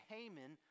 Haman